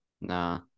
Nah